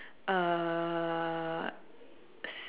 uh